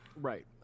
Right